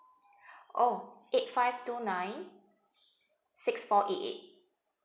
oh eight five two nine six four eight eight